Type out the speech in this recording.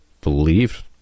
believed